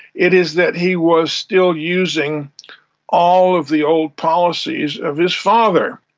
it is that he was still using all of the old policies of his father.